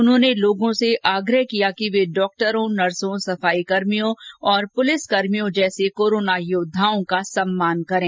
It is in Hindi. उन्होंने लोगों से आग्रह किया कि वे डॉक्टरों नर्सों सफाई कर्मियों और पुलिसकर्मियों जैसे कोरोना योद्वाओं का सम्मान करें